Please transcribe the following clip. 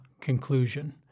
conclusion